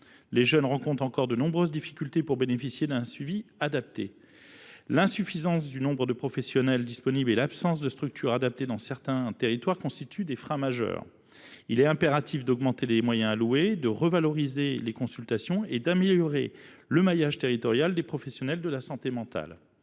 les jeunes rencontrent encore de nombreuses difficultés pour bénéficier d’un suivi adapté. Le nombre insuffisant de professionnels disponibles et l’absence de structures adaptées dans certains territoires constituent des freins majeurs. Il est donc impératif d’augmenter les moyens alloués au dispositif, de revaloriser le tarif des consultations et d’améliorer le maillage territorial des professionnels de la santé mentale.